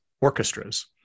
orchestras